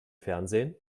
fernsehen